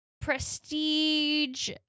prestige